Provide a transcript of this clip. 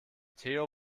theo